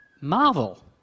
marvel